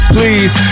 Please